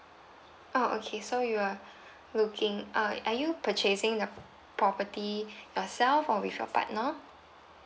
oh okay so you are looking uh are you purchasing the property yourself or with your partner